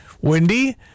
windy